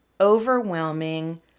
overwhelming